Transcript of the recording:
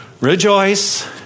rejoice